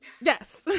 Yes